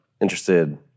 interested